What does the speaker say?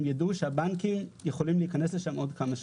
ידעו שהבנקים יכולים להיכנס לשם עוד כמה שנים.